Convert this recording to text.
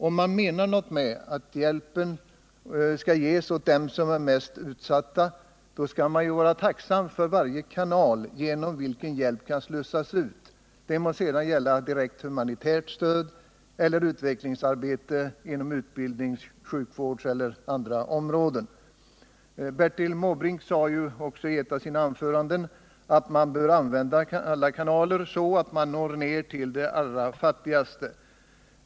Om man menar något med att hjälpen skall ges åt dem som är mest utsatta skall man ju vara tacksam för varje kanal genom vilken hjälp kan slussas ut — det må sedan gälla direkt humanitärt stöd eller utvecklingsarbete inom utbildnings-, sjukvårdseller något annat område. Bertil Måbrink sade ju också i ett av sina anföranden att man bör använda alla kanaler så att man når ned till de allra fattigaste.